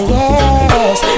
yes